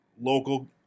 local